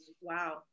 Wow